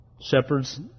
Shepherds